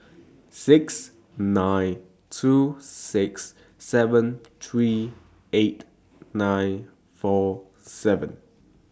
six nine two six seven three eight nine four seven